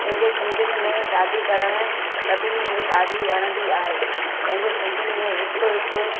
पंहिंजे सिंधियुनि में शादी करणु सभिनी खे ॾाढी वणंदी आहे पंहिंजे सिंधियुनि में हिकु हिकु